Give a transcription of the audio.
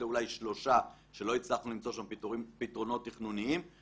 אולי פרט לשלושה שלא הצלחנו למצוא שם פתרונות תכנוניים.כמעט